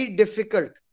difficult